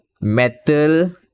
metal